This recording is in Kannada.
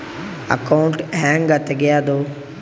ಅಕೌಂಟ್ ಹ್ಯಾಂಗ ತೆಗ್ಯಾದು?